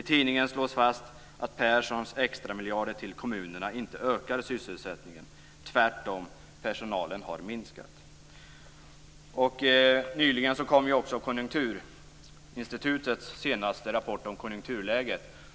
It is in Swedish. I tidningen slås fast att Perssons extramiljarder till kommunerna inte ökade sysselsättningen. Tvärtom har personalen minskat. Nyligen kom också Konjunkturinstitutets senaste rapport om konjunkturläget.